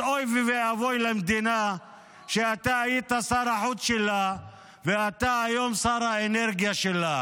אז אוי ואבוי למדינה שאתה היית שר החוץ שלה ואתה היום שר האנרגיה שלה.